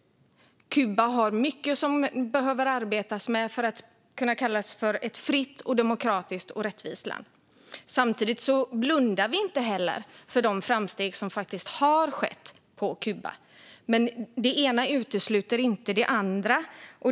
Det behöver arbetas med mycket i Kuba för att det ska kunna kallas ett fritt, demokratiskt och rättvist land. Samtidigt blundar vi inte heller för de framsteg som faktiskt har skett på Kuba, men det ena utesluter inte det andra.